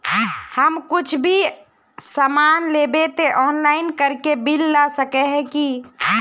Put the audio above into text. हम कुछ भी सामान लेबे ते ऑनलाइन करके बिल ला सके है की?